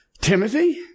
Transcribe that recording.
Timothy